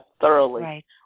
thoroughly